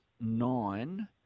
nine